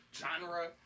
genre